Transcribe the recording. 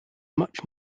much